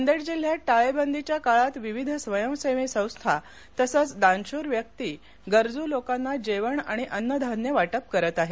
नांदेड जिल्ह्यात टाळेबंदीच्या काळात विविध स्वयंसेवी संस्था तसच दानशूर व्यक्ती गरजू लोकांना जेवण आणि अन्न धान्य देण्याचं वाटप करीत आहेत